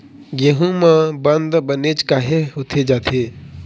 गेहूं म बंद बनेच काहे होथे जाथे?